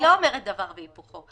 אני לא אומרת דבר והיפוכו.